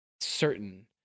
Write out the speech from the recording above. certain